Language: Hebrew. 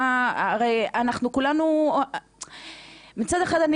הרי אנחנו כולנו --- מצד אחד אני